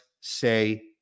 say